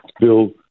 bill